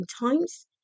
times